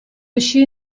uscì